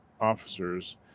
officers